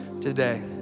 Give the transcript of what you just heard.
today